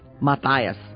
Matthias